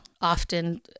often